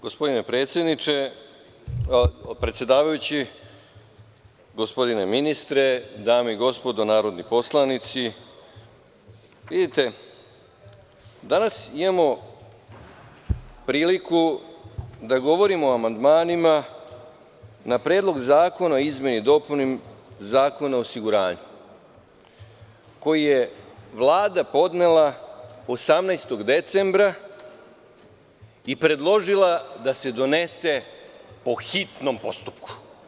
Gospodine predsedavajući, gospodine ministre, dame i gospodo narodni poslanici, danas imamo priliku da govorimo o amandmanima na Predlog zakona o izmeni i dopuni Zakona o osiguranju koji je Vlada podnela 18. decembra i predložila da se donese po hitnom postupku.